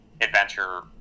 adventure